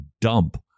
dump